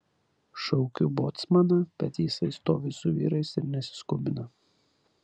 šaukiu bocmaną bet jisai stovi su vyrais ir nesiskubina